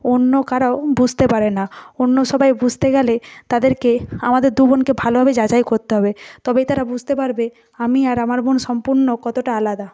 অন্য কারো বুঝতে পারে না অন্য সবাই বুঝতে গেলে তাদেরকে আমাদের দু বোনকে ভালোভাবে যাচাই করতে হবে তবেই তারা বুঝতে পারবে আমি আমার বোন সম্পূর্ণ কতটা আলাদা